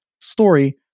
story